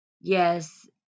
Yes